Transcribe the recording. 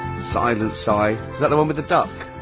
silent sigh. is that the one with the duck,